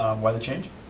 why the change?